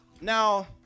Now